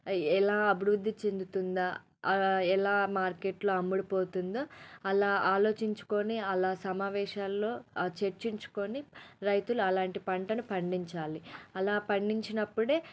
ఎలా అభివృద్ధి చెందుతుందా ఎలా మార్కెట్లో అమ్ముడుపోతుందో అలా ఆలోచించుకోని అలా సమావేశాల్లో చర్చించుకొని రైతులు అలాంటి పంటను పండించాలి అలా పండించినప్పుడే